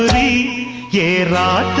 a yeah a a a